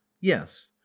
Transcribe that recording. yes